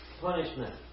punishment